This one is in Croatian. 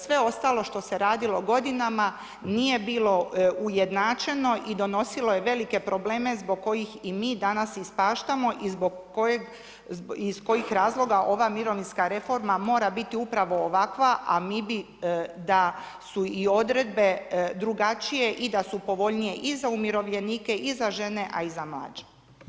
Sve ostalo što se radilo godinama, nije bilo ujednačeno i donosilo je velike probleme zbog kojih i mi danas ispaštamo iz kojih razloga ova mirovinska reforma mora biti upravo ovakva a mi bi da su i odredbe drugačije i da su povoljnije i za umirovljenike i za žene a i za mlađe.